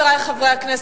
חברי חברי הכנסת,